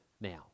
now